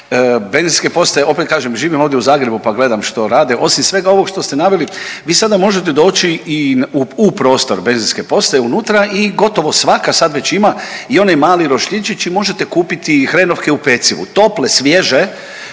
Benzinske postaje opet kažem, živim ovdje u Zagrebu pa gledam što rade. Osim svega ovoga što ste naveli vi sada možete doći i u prostor benzinske prostor unutra i gotovo svaka sad već ima i onaj mali roštiljčić i možete kupiti i hrenovke u pecivu, tople, svježe